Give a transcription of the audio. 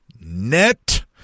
Net